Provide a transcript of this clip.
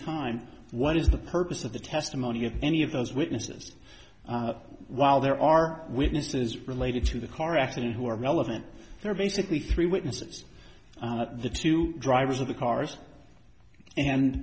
time what is the purpose of the testimony of any of those witnesses while there are witnesses related to the car accident who are relevant there are basically three witnesses the two drivers of the cars and